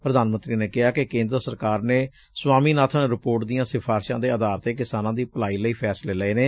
ਪ੍ਰਧਾਨ ਮੰਤਰੀ ਨੇ ਕਿਹਾ ਕਿ ਕੇਂਦਰ ਸਰਕਾਰ ਨੇ ਸਵਾਮੀਨਾਬਨ ਰਿਪੋਰਟ ਦੀਆਂ ਸਿਫਾਰਸਾਂ ਦੇ ਆਧਾਰ ਤੇ ਕਿਸਾਨਾਂ ਦੀ ਭਲਾਈ ਲਈ ਫੈਸਲੇ ਲਏ ਨੇ